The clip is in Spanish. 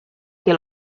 que